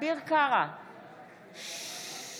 בלי התערבות של אף גורם פוליטי, וטוב שכך.